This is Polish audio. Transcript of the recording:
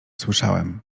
słyszałem